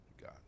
God